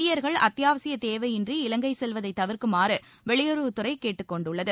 இந்தியர்கள் அத்தியாவசிய தேவையின்றி இலங்கை செல்வதை தவிர்க்குமாறு வெளியுறவுத்துறை கேட்டுக் கொண்டுள்ளது